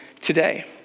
today